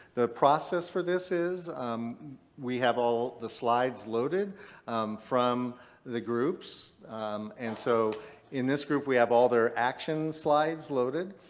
the process for this is um we have all the slides loaded from the groups and so in this group we have all their action slides loaded.